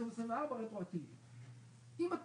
פשוט חשוב שהפרוטוקול ידע את העניין.